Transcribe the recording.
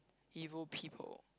evil people